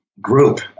group